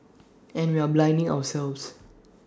and we are blinding ourselves